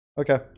Okay